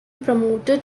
promoted